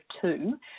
two